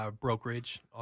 brokerage